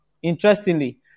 Interestingly